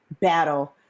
battle